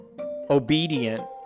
obedient